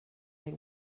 they